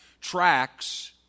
tracks